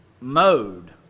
mode